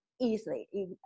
easily